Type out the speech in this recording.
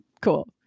Cool